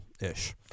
ish